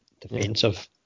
defensive